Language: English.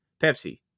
Pepsi